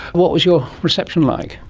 what was your reception like?